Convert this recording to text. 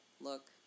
Look